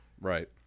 Right